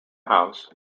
house